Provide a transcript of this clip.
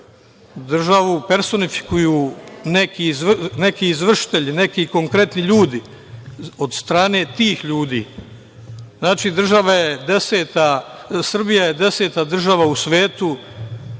personifikuju neki izvršitelji, neki konkretni ljudi od strane tih ljudi. Znači, Srbija je 10 država u svetu